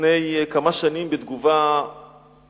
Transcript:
לפני כמה שנים בתגובה על